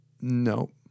No